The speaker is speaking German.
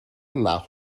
nach